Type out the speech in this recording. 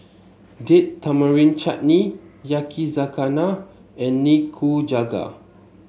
Date Tamarind Chutney Yakizakana and Nikujaga